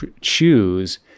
choose